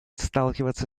сталкиваться